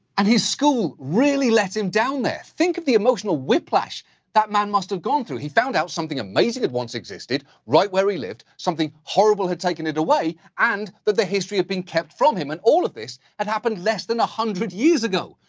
and his school really let him down there. think of the emotional whiplash that man must have gone through. he found out something amazing that once existed, right where he lived. something horrible had taken it away, and that the history had been kept from him. and all of this had happened less than one hundred years ago.